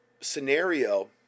scenario